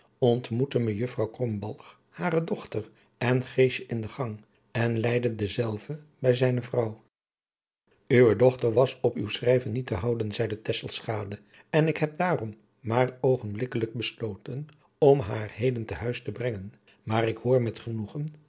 ontmoette mejuffrouw krombalg hare dochter en geesje in den gang en leidde dezelve bij zijne vrouw uwe dochter was op uw schrijven niet te houden zeide tesselschade en ik heb daarom maar oogenblikkelijk besloten om haar heden te huis te brengen maar ik hoor met genoegen